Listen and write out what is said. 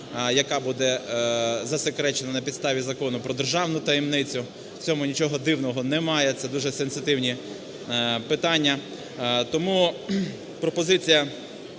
яка буде засекречена на підставі Закону "Про державну таємницю", в цьому нічого дивного немає, це дуже сенситивні питання.